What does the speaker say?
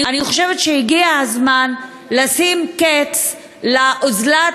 אני חושבת שהגיע הזמן לשים קץ לאוזלת